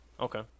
Okay